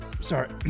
Sorry